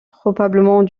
probablement